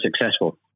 successful